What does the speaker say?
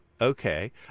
okay